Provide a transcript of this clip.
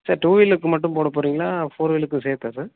sir two வீலருக்கு மட்டும் போட போகிறிங்களா ஃபோர் வீலுக்கும் சேர்த்தா சார்